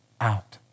out